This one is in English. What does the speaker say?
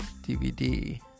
DVD